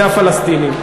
זה הפלסטינים.